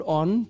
on